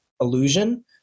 illusion